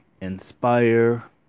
inspire